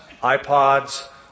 iPods